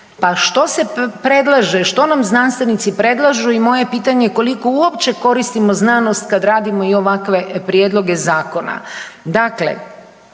Pa što se predlaže, što nam znanstvenici predlažu i moje pitanje je koliko uopće koristimo znanost kad radimo i ovakve prijedloge zakona?